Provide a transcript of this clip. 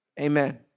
Amen